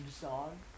song